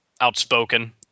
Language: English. outspoken